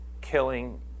killing